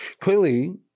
Clearly